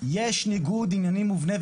יש ניגוד עניינים מובנה,